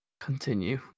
Continue